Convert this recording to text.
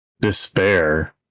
despair